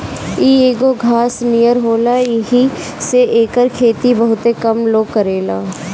इ एगो घास नियर होला येही से एकर खेती बहुते कम लोग करेला